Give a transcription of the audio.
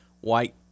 white